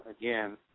again